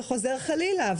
וחוזר חלילה.